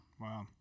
Wow